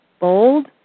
bold